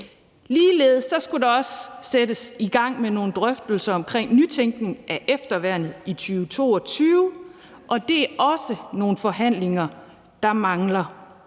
Ligeledes skal der også sættes gang i nogle drøftelser om nytænkning af efterværnet i 2022, og det er også nogle forhandlinger, der mangler.